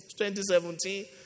2017